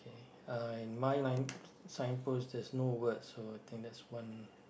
k uh in my line signpost there's no words so I think that's one